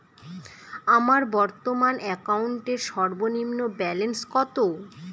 আমার বর্তমান অ্যাকাউন্টের সর্বনিম্ন ব্যালেন্স কত?